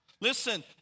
Listen